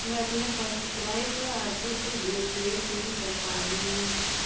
میں اپنے فرسٹ کرائی پر آٹو پے ڈی ایکٹیویٹ نہیں کر پا رہی ہوں